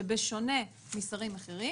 שבשונה משרים אחרים,